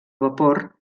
vapor